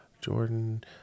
Jordan